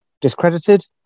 discredited